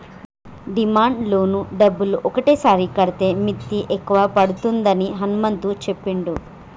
demand loan డబ్బులు ఒకటేసారి కడితే మిత్తి ఎక్కువ పడుతుందని హనుమంతు చెప్పిండు